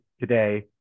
today